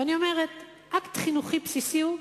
ואני אומרת, אקט חינוכי בסיסי הוא: